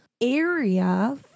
area